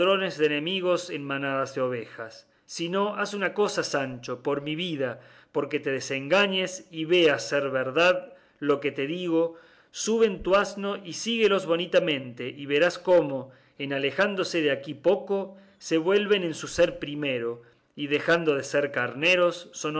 enemigos en manadas de ovejas si no haz una cosa sancho por mi vida porque te desengañes y veas ser verdad lo que te digo sube en tu asno y síguelos bonitamente y verás cómo en alejándose de aquí algún poco se vuelven en su ser primero y dejando de ser carneros son